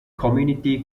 community